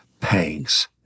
pangs